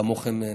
כמוכם,